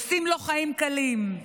עושים לו חיים קלים.